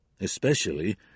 especially